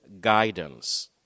guidance